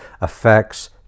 affects